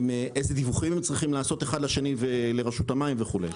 אילו דיווחים הם צריכים לעשות אחד לשני ולרשות המים וכו'.